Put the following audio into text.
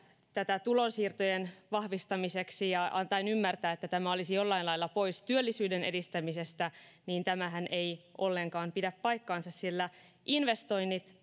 tätä tulonsiirtojen vahvistamiseksi ja antamalla ymmärtää että tämä olisi jollain lailla pois työllisyyden edistämisestä niin tämähän ei ollenkaan pidä paikkaansa sillä investoinnit